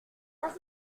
pas